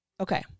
Okay